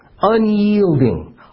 unyielding